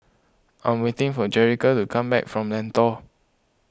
I'm waiting for Jerrica to come back from Lentor